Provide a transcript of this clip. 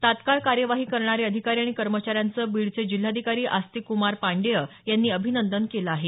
तत्काळ कार्यवाही करणारे अधिकारी आणि कर्मचाऱ्यांचं बीडचे जिल्हाधिकारी आस्तिक कुमार पांडेय यांनी अभिनंदन केलं आहे